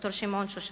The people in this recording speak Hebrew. ד"ר שמעון שושני.